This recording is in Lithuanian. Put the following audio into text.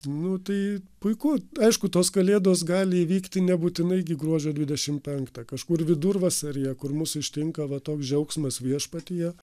nu tai puiku aišku tos kalėdos gali įvykti nebūtinai gi gruodžio dvidešim penktą kažkur vidurvasaryje kur mus ištinka va toks džiaugsmas viešpatyje